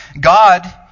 God